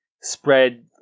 spread